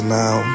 now